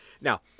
now